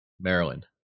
Maryland